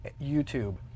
YouTube